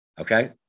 okay